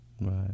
right